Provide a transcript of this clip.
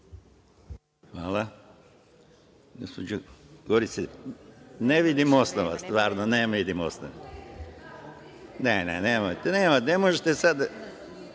Hvala